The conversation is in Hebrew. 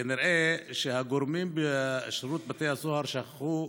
כנראה שהגורמים בשירות בתי הסוהר שכחו,